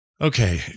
okay